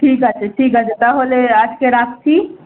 ঠিক আছে ঠিক আছে তাহলে আচকে রাখছি